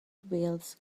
bills